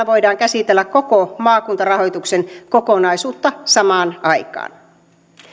voidaan käsitellä koko maakuntarahoituksen kokonaisuutta samaan aikaan